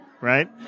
right